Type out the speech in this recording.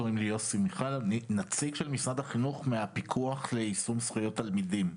אני נציג של משרד החינוך מהפיקוח ליישום זכויות תלמידים.